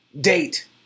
date